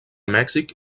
mèxic